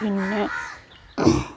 പിന്നെ